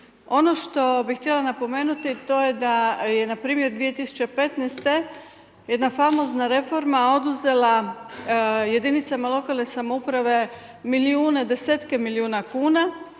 Ono što bih htjela napomenuti to je da je npr. 2015. jedna famozna reforma oduzela jedinicama lokalne samouprave milijune, desetke milijune kuna